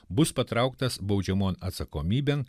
bus patrauktas baudžiamon atsakomybėn